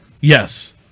Yes